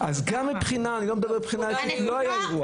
אז גם מבחינה זו לא היה אירוע.